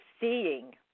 seeing